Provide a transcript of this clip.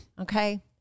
Okay